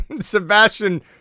Sebastian